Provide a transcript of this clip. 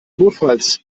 notfalls